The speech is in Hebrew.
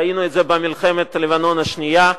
ראינו את זה במלחמת לבנון השנייה,